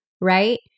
right